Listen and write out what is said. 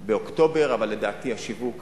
באוקטובר, אבל לדעתי השיווק